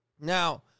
Now